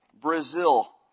Brazil